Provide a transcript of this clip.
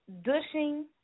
dushing